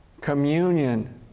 Communion